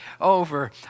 over